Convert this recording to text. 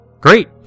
Great